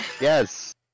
yes